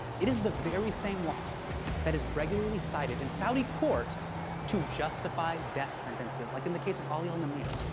it is the very same law that is regularly cited in saudi court to justify death sentences, like in the case of ali al-nimr,